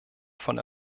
von